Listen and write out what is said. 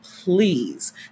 please